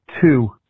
two